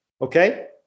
Okay